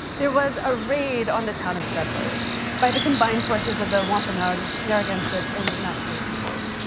there was a raid on the town of settlers by the combined forces of the wampanoag, narragansett, and nashaway peoples.